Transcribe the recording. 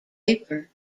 vapor